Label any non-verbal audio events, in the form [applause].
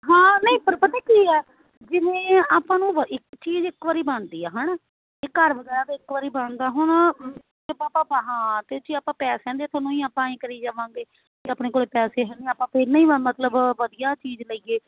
ਹਾਂ ਨਹੀਂ ਪਰ ਪਤਾ ਕੀ ਆ ਜਿਵੇਂ ਆਪਾਂ ਨੂੰ ਇੱਕ ਚੀਜ਼ ਇੱਕ ਵਾਰ ਬਣਦੀ ਆ ਹੈ ਨਾ ਇਹ ਘਰ ਵਗੈਰਾ ਤਾਂ ਇੱਕ ਵਾਰ ਬਣਦਾ ਹੁਣ [unintelligible] ਹਾਂ ਅਤੇ ਜੇ ਆਪਾਂ ਪੈਸਿਆਂ ਦੇ ਤੁਹਾਨੂੰ ਹੀ ਆਪਾਂ ਕਰੀ ਜਾਵਾਂਗੇ ਆਪਣੇ ਕੋਲ ਪੈਸੇ ਹੈ ਨਹੀਂ ਆਪਾਂ ਫਿਰ ਨਹੀਂ ਮਾ ਮਤਲਬ ਵਧੀਆ ਚੀਜ਼ ਲਈਏ